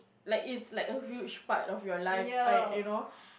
like it's like a huge part of your life I you know